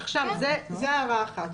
עכשיו, זו הערה אחת.